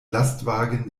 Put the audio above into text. lastwagen